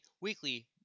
weekly